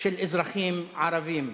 של אזרחים ערבים.